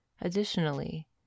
Additionally